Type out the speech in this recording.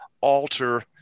alter